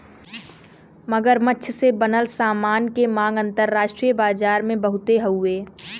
मगरमच्छ से बनल सामान के मांग अंतरराष्ट्रीय बाजार में बहुते हउवे